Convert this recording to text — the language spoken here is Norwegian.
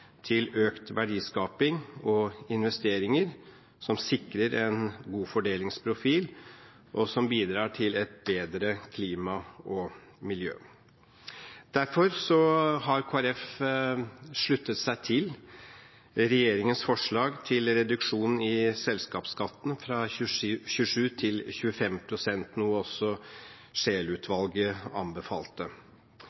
til økt verdiskaping og investeringer som sikrer en god fordelingsprofil, og som bidrar til et bedre klima og miljø. Derfor har Kristelig Folkeparti sluttet seg til regjeringens forslag til reduksjon i selskapsskatten fra 27 til 25 pst., noe også Scheel-utvalget anbefalte.